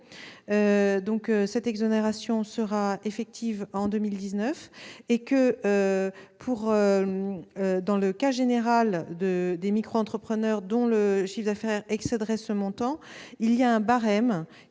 Cette exonération sera effective en 2019. Dans le cas général, pour les micro-entrepreneurs dont le chiffre d'affaires excéderait ce montant, un barème